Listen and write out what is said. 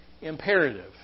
imperative